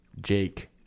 Jake